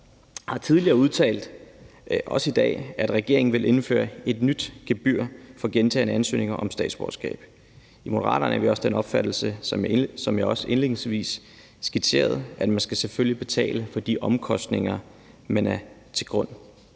har tidligere udtalt, også i dag, at regeringen vil indføre et nyt gebyr for gentagne ansøgninger om statsborgerskab. I Moderaterne er vi også af den opfattelse, som jeg indledningsvis skitserede, at man selvfølgelig skal betale for de omkostninger, man er grund